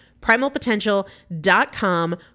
Primalpotential.com